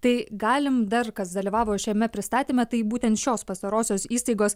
tai galim dar kas dalyvavo šiame pristatyme tai būtent šios pastarosios įstaigos